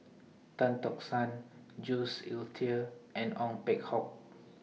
Tan Tock San Jules Itier and Ong Peng Hock